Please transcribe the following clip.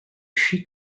she